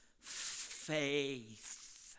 faith